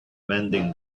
mending